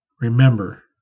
Remember